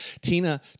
Tina